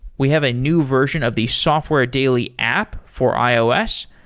we have a new version of the software daily app for ios.